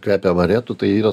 kvepia amaretu tai yra